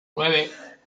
nueve